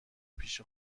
پیش